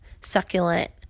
succulent